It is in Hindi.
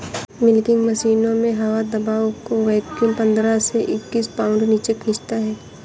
मिल्किंग मशीनों में हवा दबाव को वैक्यूम पंद्रह से इक्कीस पाउंड नीचे खींचता है